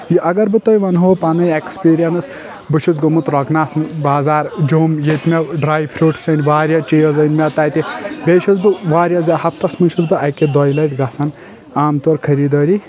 یہِ اگر بہٕ تۄہہِ ونہو پنٕنۍ ایٚکسپیرینس بہٕ چھُس گوٚمُت روٚگناتھ بازار جوٚم ییتہِ مےٚ ڈراے پھروٹٕس أنۍ واریاہ چیٖز أنۍ مےٚ تتہِ بییٚہِ چھُس بہٕ واریاہ زیادٕ ہفتس منٛز چھُس بہٕ اکہِ دۄیہِ لٹہِ گژھان عام طور خٔریٖدٲری